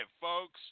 folks